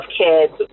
kids